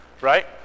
right